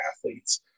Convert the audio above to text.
athletes